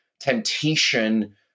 temptation